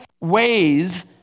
ways